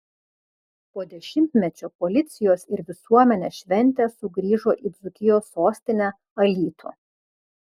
po dešimtmečio policijos ir visuomenės šventė sugrįžo į dzūkijos sostinę alytų